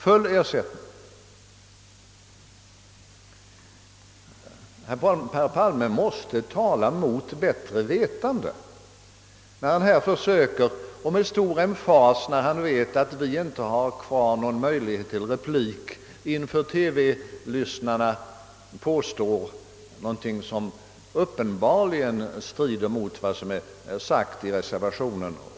Herr Palme måste tala mot bättre vetande då han, när vi inte har någon repliktid kvar, med stor emfas inför TV-publiken påstår någonting som inte alls har stöd i reservationen eller i vad som sagts i debatten.